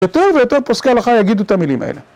יותר ויותר פוסקי הלכה יגידו את המילים האלה